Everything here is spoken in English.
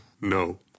No